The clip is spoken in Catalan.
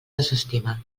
desestima